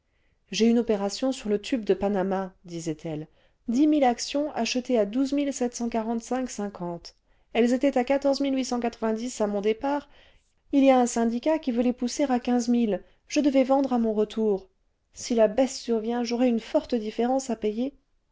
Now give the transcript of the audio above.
j'ai une opération sur le tube de panama disait-elle dix mille actions achetées à elles étaient à à mon départ il y a un synla nouvelle marine navires devenant a volonté sous-marins et naviguant sous les vagues par le mauvais temps le vingtième siècle dicat qui veut les pousser à je devais vendre à mon retour si la baisse survient j'aurai une forte différence à payer